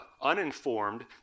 uninformed